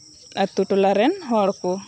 ᱟᱛᱳ ᱴᱚᱞᱟ ᱨᱮᱱ ᱦᱚᱲ ᱠᱚ